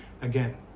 again